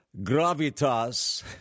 gravitas